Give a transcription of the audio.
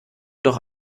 doch